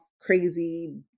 crazy